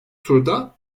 turda